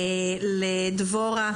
לדבורה,